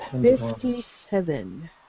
Fifty-seven